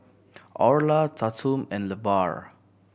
Orla Tatum and Levar